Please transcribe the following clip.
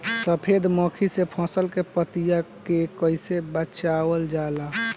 सफेद मक्खी से फसल के पतिया के कइसे बचावल जाला?